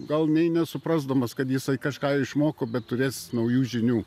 gal nei nesuprasdamas kad jisai kažką išmoko bet turės naujų žinių